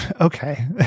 Okay